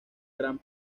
gran